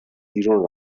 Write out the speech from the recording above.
بیرون